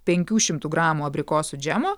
penkių šimtų gramų abrikosų džemo